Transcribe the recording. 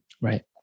Right